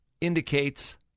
indicates